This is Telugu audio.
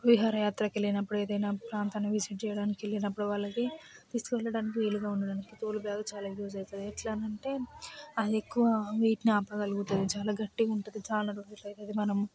విహారయాత్రకు వెళ్ళినప్పుడు ఏదయినా ప్రాంతానికి విజిట్ చేయటానికి వెళ్ళినప్పుడు వాళ్ళకి తీసుకు వెళ్ళడానికి వీలుగా ఉండడానికి తోలు బ్యాగ్ చాల యూజ్ అవుతుంది ఎట్ల అని అంటే అది ఎక్కువ వెయిట్ని ఆపగలుగుతుంది చాలా గట్టిగా ఉంటుంది చాలా రోజులు అది మనం